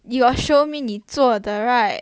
you got show me 你做的 right